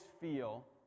feel